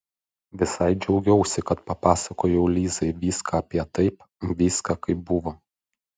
visai džiaugiausi kad papasakojau lizai viską apie taip viską kaip buvo